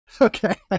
Okay